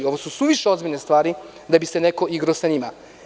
Ovo su suviše ozbiljne stvari da bi se neko igrao sa njima.